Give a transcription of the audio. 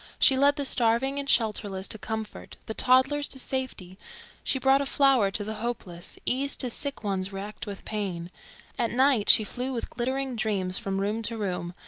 she led the starving and shelterless to comfort, the toddlers to safety she brought a flower to the hopeless, ease to sick ones racked with pain at night she flew with glittering dreams from room to room,